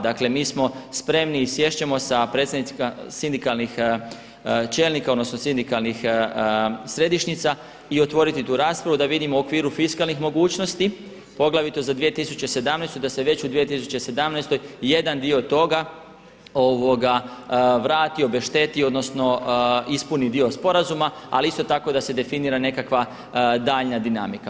Dakle mi smo spremni i sjest ćemo sa predstavnicima sindikalnih čelnika odnosno sindikalnih središnjica i otvoriti tu raspravu da vidimo u okviru fiskalnih mogućnosti poglavito za 2017. da se već u 2017. jedan dio toga vrati, obešteti odnosno ispuni dio sporazuma ali isto tako da se definira nekakva daljnja dinamika.